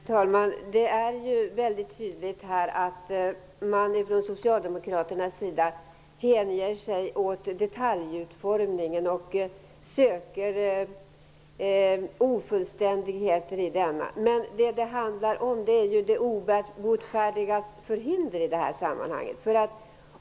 Herr talman! Det är mycket tydligt att man från Socialdemokraternas sida hänger sig åt detaljutformningen och söker ofullständigheten i denna. Men vad det handlar om är de obotfärdigas förhinder i det här sammanhanget.